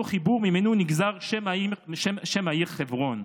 אותו חיבור שממנו נגזר שם העיר חברון,